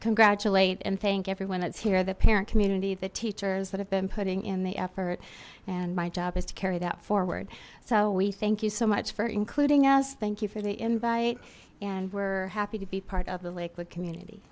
congratulate and thank everyone that's here the parent community the teachers that have been putting in the effort and my job is to carry that forward so we thank you so much for including as thank you for the invite and were happy to be part of the lakewood community